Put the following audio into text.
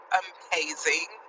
amazing